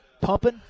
pumping